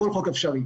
כל חוק אפשרי,